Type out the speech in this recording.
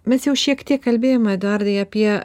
mes jau šiek tiek kalbėjom eduardai apie